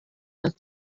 had